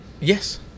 yes